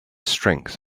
strength